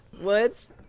woods